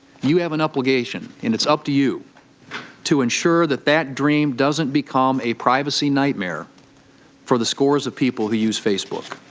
you have an obligation and it's up to you to ensure that that dream doesn't become a privacy nightmare for the scores of people who use facebook.